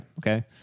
Okay